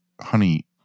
honey